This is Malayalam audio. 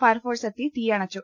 ഫയർഫൊഴ്സ് എത്തി തീയണച്ചു